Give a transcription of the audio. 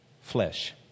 Flesh